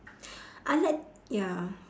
I like ya